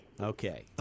Okay